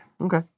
Okay